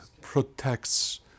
protects